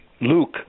Luke